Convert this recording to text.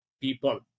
people